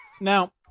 Now